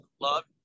love